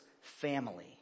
family